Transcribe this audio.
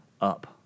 up